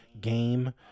game